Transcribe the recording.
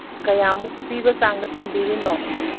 ꯀꯌꯥꯃꯨꯛ ꯄꯤꯕ ꯆꯥꯡꯗ ꯄꯥꯝꯕꯤꯔꯤꯅꯣ